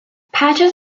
patches